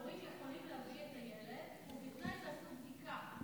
הורים יכולים להביא את הילד בתנאי שעשו בדיקה.